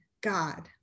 God